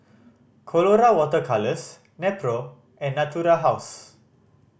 Colora Water Colours Nepro and Natura House